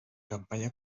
campanya